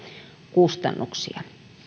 kustannuksia